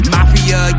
Mafia